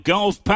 Golf